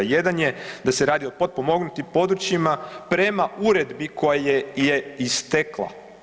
Jedan je da se radi o potpomognutim područjima, prema uredbi koja je istekla.